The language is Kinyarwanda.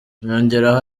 yongeraho